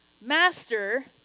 master